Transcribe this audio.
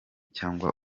cyangwa